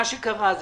מה שקרה הוא